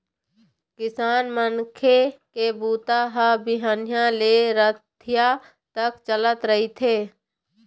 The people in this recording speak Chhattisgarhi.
किसान मनखे के बूता ह बिहनिया ले रतिहा तक चलत रहिथे